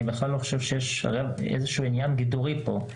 אני בכלל לא חושב שיש איזשהו עניין גידורי פה.